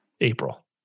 april